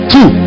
Two